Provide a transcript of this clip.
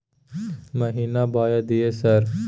महीना बाय दिय सर?